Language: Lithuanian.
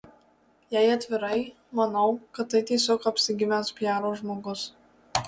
jei atvirai manau kad tai tiesiog apsigimęs piaro žmogus